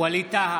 ווליד טאהא,